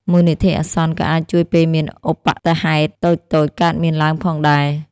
មូលនិធិអាសន្នក៏អាចជួយពេលមានឧប្បត្តិហេតុតូចៗកើតមានឡើងផងដែរ។